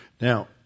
Now